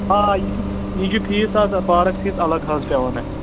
آ یہِ چھُ یہِ چھُ فیٖس حظ پارَک فیٖس الگ حظ پٮ۪وان اَسہِ